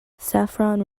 saffron